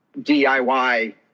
DIY